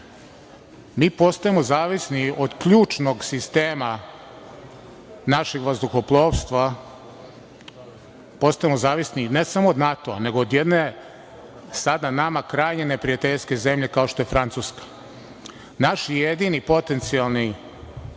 Mi postajemo zavisni od ključnog sistema našeg vazduhoplovstva. Postajemo zavisni ne samo od NATO, nego od jedne sada nama krajnje neprijateljske zemlje kao što je Francuska. Naši jedini potencijalni